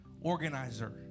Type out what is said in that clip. organizer